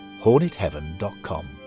hornetheaven.com